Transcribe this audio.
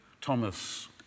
Thomas